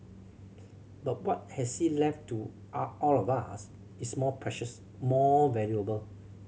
but what has he left to all of us is more precious more valuable